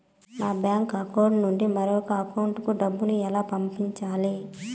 మా bank account నుండి మరొక అకౌంట్ కు డబ్బును ఎలా పంపించాలి